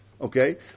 Okay